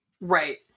Right